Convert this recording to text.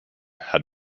had